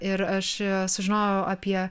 ir aš sužinojau apie